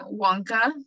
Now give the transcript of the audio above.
Wonka